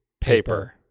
Paper